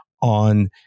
on